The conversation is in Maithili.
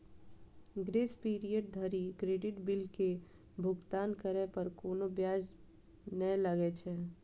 ग्रेस पीरियड धरि क्रेडिट बिल के भुगतान करै पर कोनो ब्याज नै लागै छै